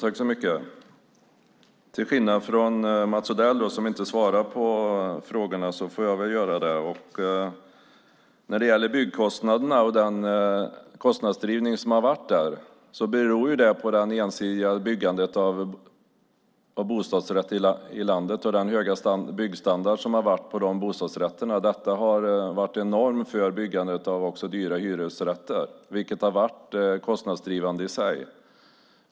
Fru talman! Till skillnad från Mats Odell, som inte svarar på frågorna, får jag väl göra det. Att detta har varit drivande på byggkostnaderna beror på det ensidiga byggandet av bostadsrätter i landet och på den höga byggstandarden på dessa bostadsrätter. Det har också varit en norm för byggandet av dyra hyresrätter. Det har varit kostnadsdrivande i sig.